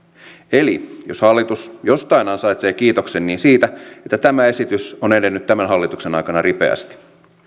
eli jos hallitus jostain ansaitsee kiitoksen niin siitä että tämä esitys on edennyt tämän hallituksen aikana ripeästi